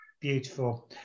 Beautiful